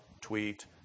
tweet